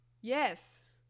Yes